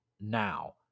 now